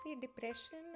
depression